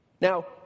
Now